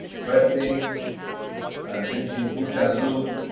pressing and finishing, hook and loop,